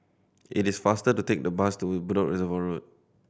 it is faster to take the bus to Reservoir Road